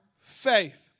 faith